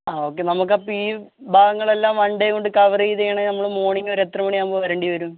ആ ഒക്കെ നമുക്കപ്പം ഈ ഭാഗങ്ങളെല്ലാം വൺഡേ കൊണ്ട് കവറ് ചെയ്യണമെങ്കിൽ നമ്മൾ മോർണിംഗ് ഒരു എത്ര മണിയാകുമ്പോൾ വരേണ്ടി വരും